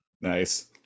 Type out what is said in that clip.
Nice